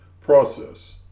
process